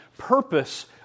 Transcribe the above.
purpose